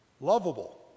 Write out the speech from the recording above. lovable